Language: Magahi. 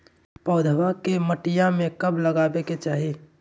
पौधवा के मटिया में कब लगाबे के चाही?